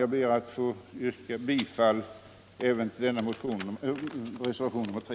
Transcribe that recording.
Jag ber att få yrka bifall även till reservationen 3.